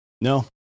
No